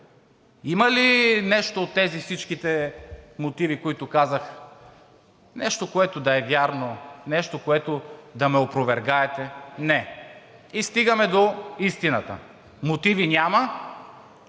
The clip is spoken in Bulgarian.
колеги, от тези всичките мотиви, които казах, има ли нещо, което да е вярно, нещо, с което да ме опровергаете? Не. И стигаме до истината. Мотиви няма,